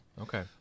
Okay